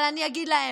אבל אני אגיד להם: